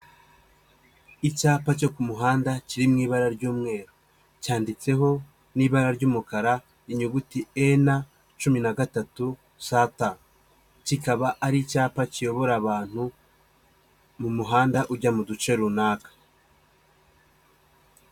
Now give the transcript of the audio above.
Icyapa cyo ku muhanda kiri mu ibara ry'umweru. cyanditseho n'ibara ry'umukara, inyuguti ena cumi na gatatu sata. Kikaba ari icyapa kiyobora abantu, mu muhanda ujya mu duce runaka.